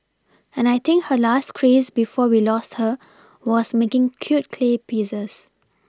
and I think her last craze before we lost her was making cute clay pieces